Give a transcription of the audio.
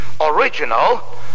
original